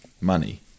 money